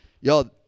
y'all